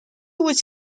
was